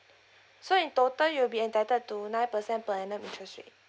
so in total you'll be entitled to nine percent per annum interest rate